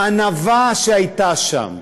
הענווה שהייתה שם.